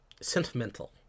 sentimental